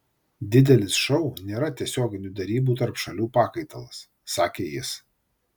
didelis šou nėra tiesioginių derybų tarp šalių pakaitalas sakė jis